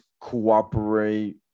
cooperate